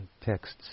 texts